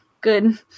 good